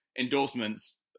endorsements